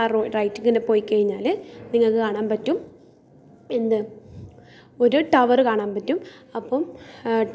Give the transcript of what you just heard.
നമുക്ക് എങ്ങനെ ഭക്ഷണം ഉണ്ടാക്കാം കുറേ രീതിയിൽ ഭക്ഷണങ്ങൾ എങ്ങനെ ഉണ്ടാക്കാം എന്ന് കാണിച്ച് തരും ഇവരുടെയൊക്കെ വീഡിയോസ് നമുക്ക് വളരെ ഉപയോഗകരമാണ്